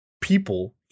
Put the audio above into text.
people